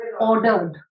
ordered